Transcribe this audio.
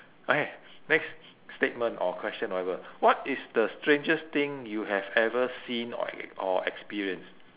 okay next statement or question whatever what is the strangest thing you have ever seen or or experienced